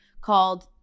called